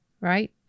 right